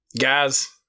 Guys